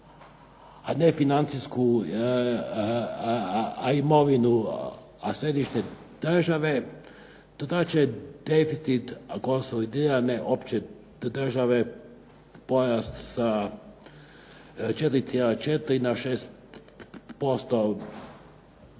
za nefinancijsku imovinu središnje države, do tada će deficit konsolidirane opće države porasti sa 4,4 na 6%